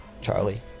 Charlie